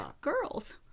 girls